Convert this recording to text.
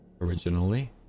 Originally